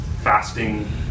fasting